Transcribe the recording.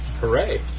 Hooray